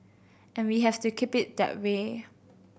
and we have to keep it that way